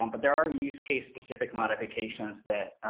um but there are use case specific modifications that,